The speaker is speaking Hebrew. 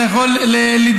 אתה יכול לדרוש,